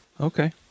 Okay